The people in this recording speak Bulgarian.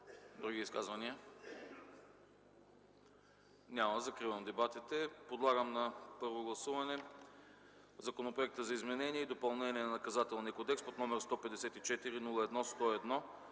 Други изказвания? Няма. Закривам дебатите. Подлагам на първо гласуване Законопроекта за изменение и допълнение на Наказателния кодекс, № 154-01-101,